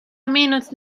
minute